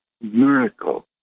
miracle